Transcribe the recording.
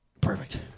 Perfect